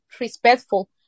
respectful